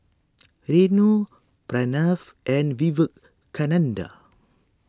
Renu Pranav and Vivekananda